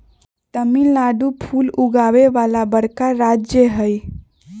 तमिलनाडु फूल उगावे वाला बड़का राज्य हई